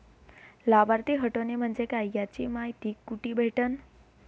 लाभार्थी हटोने म्हंजे काय याची मायती कुठी भेटन?